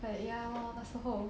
but ya lor 那时候